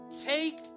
Take